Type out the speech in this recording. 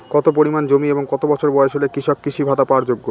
কত পরিমাণ জমি এবং কত বছর বয়স হলে কৃষক কৃষি ভাতা পাওয়ার যোগ্য?